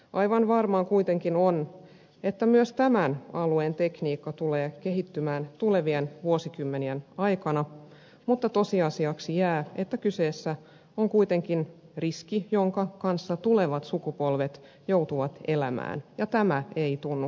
aivan varmaa kuitenkin on että myös tämän alueen tekniikka tulee kehittymään tulevien vuosikymmenien aikana mutta tosiasiaksi jää että kyseessä on kuitenkin riski jonka kanssa tulevat sukupolvet joutuvat elämään ja tämä ei tunnu hyvältä